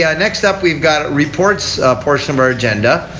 yeah next up we have got reports portion of our agenda.